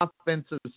offensive